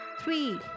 three